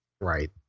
Right